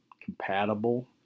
compatible